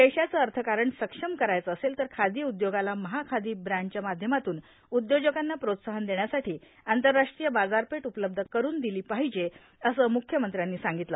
देशाचे अर्थकारण सक्षम करायचे असेल तर खादी उद्योगाला महाखादी ब्रॅण्डच्या माध्यमातून उद्योजकांना प्रोत्साहन देण्यासाठी आंतरराष्ट्रीय बाजारपेठ उपलब्ध करुन दिली पाहिजे असं मुख्यमंत्र्यांनी सांगितलं